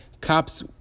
Cops